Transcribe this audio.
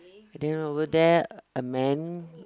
then over there a man